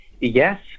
Yes